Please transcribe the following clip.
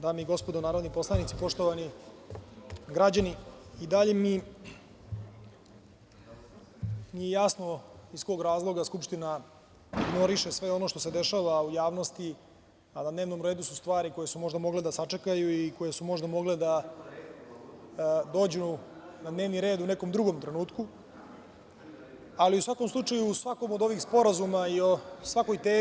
Dame i gospodo narodni poslanici, poštovani građani, i dalje mi nije jasno iz kog razloga Skupština ignoriše sve ono što se dešava u javnosti, a na dnevnom redu su stvari koje su možda mogle da sačekaju i koje su možda mogle da dođu na dnevni red u nekom drugom trenutku, ali u svakom slučaju u svakom od ovih sporazuma i u svakoj temi